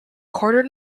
quarter